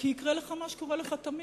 כי יקרה לך מה שקורה לך תמיד,